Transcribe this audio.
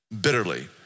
bitterly